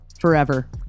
forever